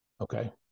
Okay